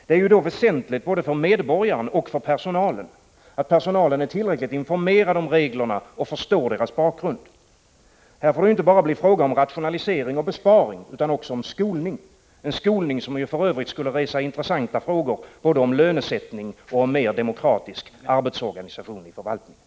Det är ju då väsentligt både för medborgarna och för personalen att personalen är tillräckligt informerad om reglerna och förstår deras bakgrund. Här får det inte bara bli en fråga om rationalisering och besparing, utan det måste också gälla skolning — en skolning som för övrigt skulle resa intressanta frågor både om lönesättning och om en mer demokratisk arbetsorganisation i förvaltningen.